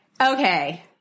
okay